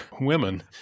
women